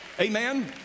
Amen